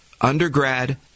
undergrad